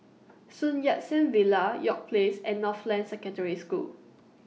Sun Yat Sen Villa York Place and Northland Secondary School